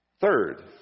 Third